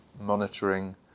monitoring